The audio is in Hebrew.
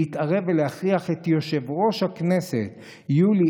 להתערב ולהכריח את יושב-ראש הכנסת יולי